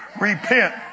Repent